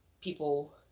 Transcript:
people